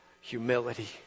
humility